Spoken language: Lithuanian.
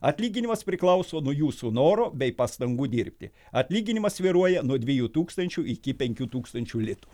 atlyginimas priklauso nuo jūsų noro bei pastangų dirbti atlyginimas svyruoja nuo dviejų tūkstančių iki penkių tūkstančių litų